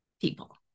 people